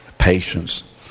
Patience